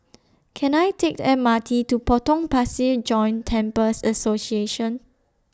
Can I Take The M R T to Potong Pasir Joint Temples Association